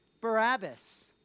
Barabbas